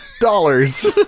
dollars